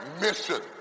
mission